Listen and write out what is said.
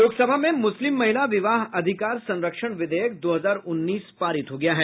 लोकसभा में मुस्लिम महिला विवाह अधिकार संरक्षण विधेयक दो हजार उन्नीस पारित हो गया है